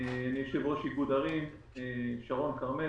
אני יושב-ראש איגוד ערים שרון כרמל,